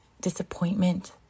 disappointment